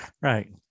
Right